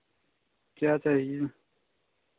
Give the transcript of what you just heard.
क्या चाहिये